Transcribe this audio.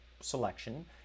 selection